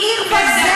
הוא עיר בזבל.